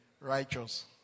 righteous